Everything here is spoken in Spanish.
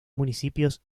municipios